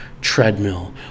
treadmill